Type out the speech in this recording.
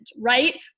right